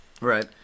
Right